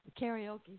karaoke